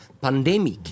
pandemic